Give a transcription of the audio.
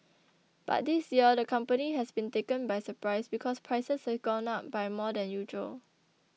but this year the company has been taken by surprise because prices have gone up by more than usual